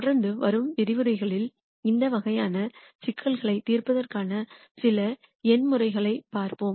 தொடர்ந்து வரும் விரிவுரைகளில் இந்த வகையான சிக்கல்களைத் தீர்ப்பதற்கான சில எண் முறைகளைப் பார்ப்போம்